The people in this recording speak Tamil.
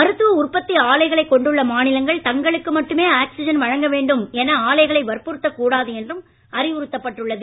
மருத்துவ உற்பத்தி ஆலைகளைக் கொண்டுள்ள மாநிலங்கள் தங்களுக்கு மட்டுமே ஆக்ஸிஜன் வழங்க வேண்டும் என ஆலைகளை வற்புறுத்தக் கூடாது என்றும் அறிவுறுத்தப்பட்டுள்ளது